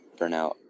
burnout